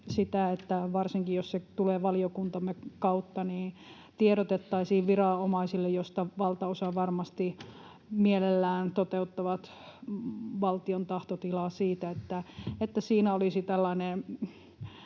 että varsinkin jos se tulee valiokuntamme kautta, niin tiedotettaisiin viranomaisille, joista valtaosa varmasti mielellään toteuttaa valtion tahtotilaa siitä, että siinä olisi tällainen